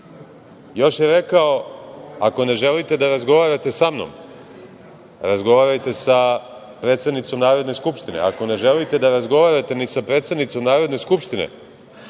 je rekao, ako ne želite da razgovarate sa mnom, razgovarajte sa predsednicom Narodne skupštine. Ako ne želite da razgovarate ni sa predsednicom Narodne skupštine,